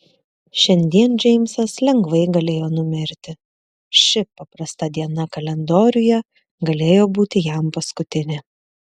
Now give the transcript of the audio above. šiandien džeimsas lengvai galėjo numirti ši paprasta diena kalendoriuje galėjo būti jam paskutinė